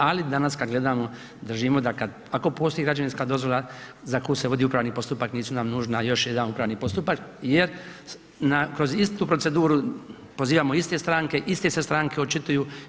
Ali danas kad gledamo držimo da kad, ako postoji građevinska dozvola za koju se vodi upravni postupak nije nam nužan još jedan upravni postupak jer kroz istu proceduru pozivamo iste stranke, iste se stranke očituju.